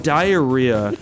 diarrhea